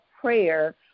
prayer